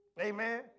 Amen